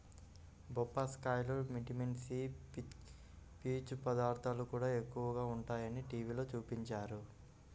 బొప్పాస్కాయలో vitamin C, పీచు పదార్థాలు కూడా ఎక్కువగా ఉంటయ్యని టీవీలో చూపించారు